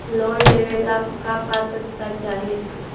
Loan लेवेला का पात्रता चाही?